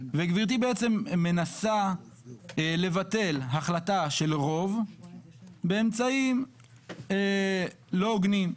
וגברתי בעצם מנסה לבטל החלטה של רוב באמצעים לא הוגנים.